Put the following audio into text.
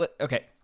Okay